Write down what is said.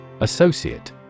Associate